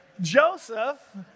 Joseph